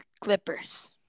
Clippers